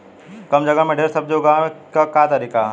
कम जगह में ढेर सब्जी उगावे क का तरीका ह?